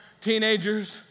teenagers